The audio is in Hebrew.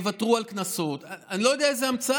שיוותרו על קנסות, אני לא יודע איזו המצאה,